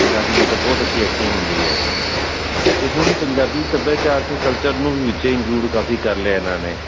ਜਿਨਾਂ ਦੀ ਮਤਲਬ ਬਹੁਤ ਅੱਛੀ ਐਕਟਿੰਗ ਹੁੰਦੀ ਹੈ ਤੇ ਉਹ ਵੀ ਪੰਜਾਬੀ ਸੱਭਿਆਚਾਰ ਤੇ ਕਲਚਰ ਨੂੰ ਵੀ ਉੱਚੇ ਇੰਕਲੂਡ ਕਾਫੀ ਕਰ ਲਿਆ ਇਹਨਾਂ ਨੇ